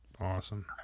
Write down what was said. Awesome